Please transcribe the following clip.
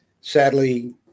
Sadly